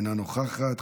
אינה נוכחת,